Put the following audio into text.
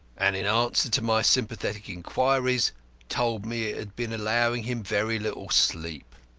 and in answer to my sympathetic inquiries told me it had been allowing him very little sleep.